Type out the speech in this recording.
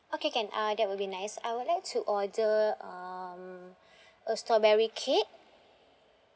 okay can uh that will be nice I would like to order um a strawberry cake